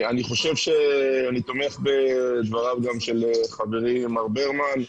חושב שאני תומך בדבריו של חברי שי ברמן.